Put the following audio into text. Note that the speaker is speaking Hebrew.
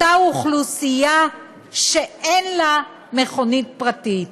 אותה אוכלוסייה שאין לה מכונית פרטית.